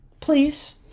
please